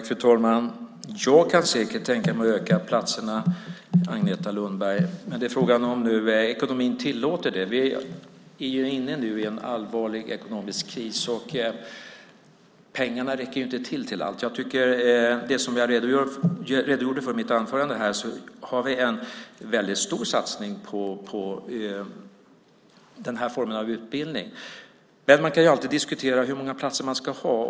Fru talman! Jag kan säkert tänka mig att öka antalet platser, Agneta Lundberg, men frågan är om ekonomin tillåter det. Vi är ju nu inne i en allvarlig ekonomisk kris. Pengarna räcker inte till allt. Som jag i mitt anförande redogjorde för har vi en väldigt stor satsning på den här formen av utbildning. Men man kan alltid diskutera hur många platser det ska vara.